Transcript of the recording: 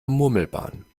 murmelbahn